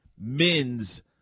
men's